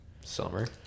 Summer